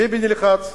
ביבי נלחץ,